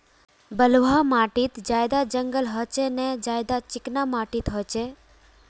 बलवाह माटित ज्यादा जंगल होचे ने ज्यादा चिकना माटित होचए?